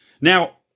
Now